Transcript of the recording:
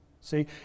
See